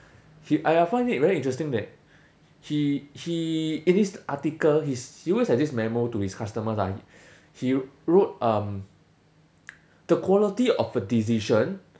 he I I find it very interesting that he he in his article his he wrote like this memo to his customers ah he wrote um the quality of a decision